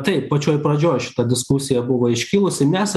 taip pačioj pradžioj šita diskusija buvo iškilusi mes